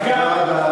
תודה רבה.